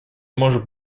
может